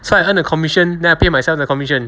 so I earn a commission then I pay myself the commission